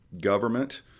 government